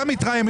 אתה מתרעם,